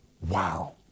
Wow